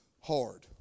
hard